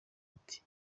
ati